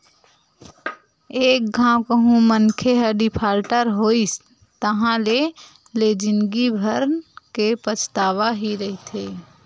एक घांव कहूँ मनखे ह डिफाल्टर होइस ताहाँले ले जिंदगी भर के पछतावा ही रहिथे